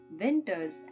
Winters